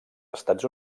estats